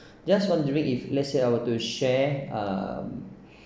just wondering if let's say I were to share uh